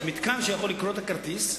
יש מתקן שיכול לקרוא את הכרטיס,